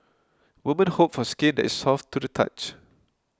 women hope for skin that soft to the touch